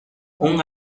اون